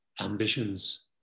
ambitions